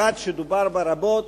אחת, שדובר בה רבות,